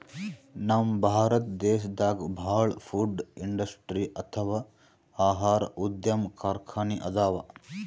ನಮ್ ಭಾರತ್ ದೇಶದಾಗ ಭಾಳ್ ಫುಡ್ ಇಂಡಸ್ಟ್ರಿ ಅಥವಾ ಆಹಾರ ಉದ್ಯಮ್ ಕಾರ್ಖಾನಿ ಅದಾವ